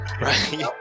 Right